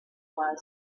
was